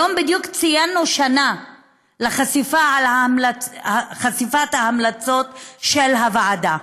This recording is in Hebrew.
היום בדיוק ציינו שנה לחשיפת ההמלצות של הוועדה,